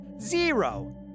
Zero